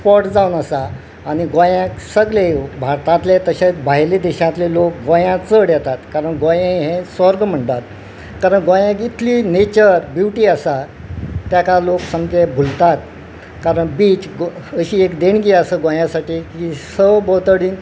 spot जावन आसा आनी गोंयाक सगले भारतांतले तशेच भायले देशांतले लोक गोंया चड येतात कारण गोंय हे स्वर्ग म्हणटात कारण गोंयाक इतली नेचर ब्युटी आसा ताका लोक सामके भुलतात कारण बीच अशी एक देणगी आसा गोंया साठी की सगळे भोंवतणी